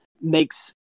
makes